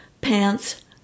pants